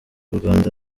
urwanda